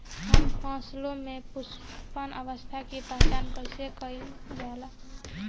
हम फसलों में पुष्पन अवस्था की पहचान कईसे कईल जाला?